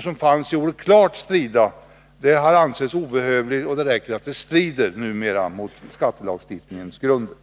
som fanns i ordet ”klart” strida har ansetts obehövlig. Numera skall det räcka med att den strider mot skattelagstiftningens grunder.